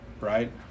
right